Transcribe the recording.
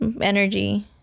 energy